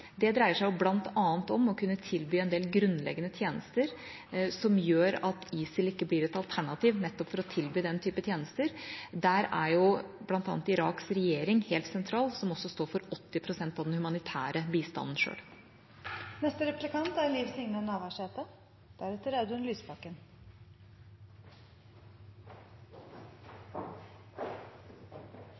Det dreier seg bl.a. om å kunne tilby en del grunnleggende tjenester, som gjør at ISIL ikke blir et alternativ for å tilby nettopp den typen tjenester. På dette området er bl.a. Iraks regjering helt sentral, som også står for 80 pst. av den humanitære bistanden